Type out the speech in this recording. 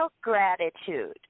gratitude